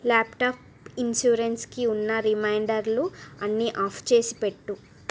laptop ఇన్షూరెన్స్కి ఉన్న రిమైండర్లు అన్నీ ఆఫ్ చేసిపెట్టు